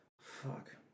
fuck